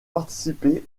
participé